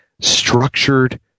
structured